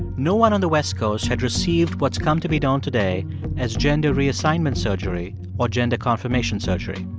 no one on the west coast had received what's come to be known today as gender reassignment surgery or gender confirmation surgery.